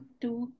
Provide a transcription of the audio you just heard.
two